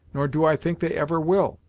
nor do i think they ever will.